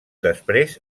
després